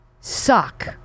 suck